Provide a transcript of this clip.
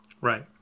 Right